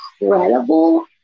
incredible